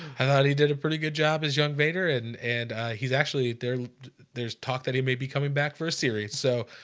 and he did a pretty good job as young vader and and he's actually there there's talk that he may be coming back for a series. so